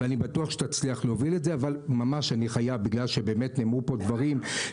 ואני בטוח שתצליח להוביל את זה אבל בגלל שנאמרו פה דברים,